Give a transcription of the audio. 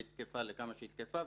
והיא תקפה כמה שהיא תקפה,